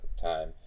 time